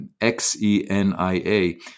X-E-N-I-A